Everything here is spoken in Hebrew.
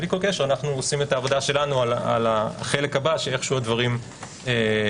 אנו עושים את העבודה שלנו על החלק הבא שהדברים ישתלבו.